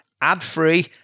ad-free